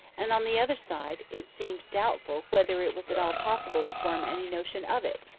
and on the other side it seemed doubtful whether it was at all possible to form any notion of it,